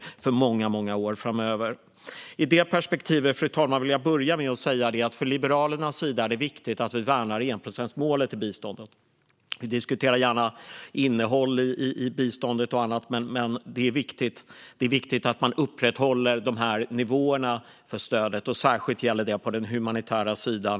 Fru talman! I det perspektivet vill jag säga att det för Liberalerna är viktigt att värna enprocentsmålet i biståndet. Vi diskuterar gärna innehållet i biståndet och annat, men det är viktigt att upprätthålla de nivåerna på stödet. Det gäller särskilt den humanitära sidan.